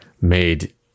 made